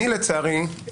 לצערי,